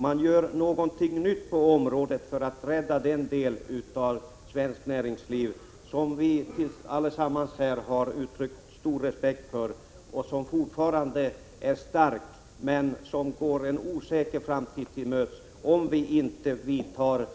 Man gör någonting nytt på området för att rädda den del av svenskt näringsliv som vi alla här har uttryckt stor respekt för och som fortfarande är stark men som går en osäker framtid till mötes, om vi inte vidtar